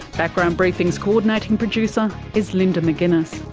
background briefing's co-ordinating producer is linda mcginness,